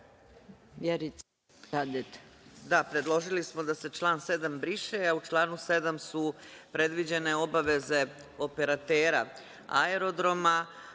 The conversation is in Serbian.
Da, predložili smo da se član 7. briše, a u članu 7. su predviđene obaveze operatera aerodroma.